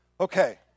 Okay